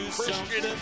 Christian